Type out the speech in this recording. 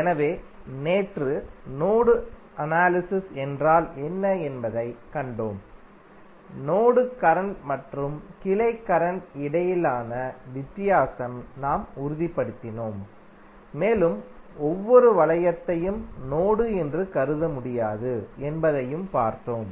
எனவே நேற்று node analysis என்றால் என்ன என்பதைக் கண்டோம் நோடு கரண்ட் மற்றும் கிளை கரண்ட் இடையிலான வித்தியாசத்தை நாம் உறுதிப்படுத்தினோம் மேலும் ஒவ்வொரு வளையத்தையும் நோடு என்று கருத முடியாது என்பதையும் பார்த்தோம்